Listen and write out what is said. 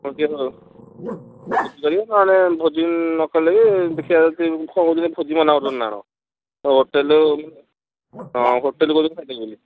ଭୋଜି କରିବେ ନହେଲେ ଭୋଜି ନକଲେ ବି ଦେଖିବା ଯଦି କ'ଣ କହୁଛନ୍ତି ଭୋଜି ମନା କରୁଛନ୍ତି ନା କ'ଣ ତ ହୋଟେଲ୍ ହଁ ହୋଟେଲ୍ରୁ କହୁଛନ୍ତି ଖାଇଦେବେ ବୋଲି